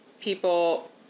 people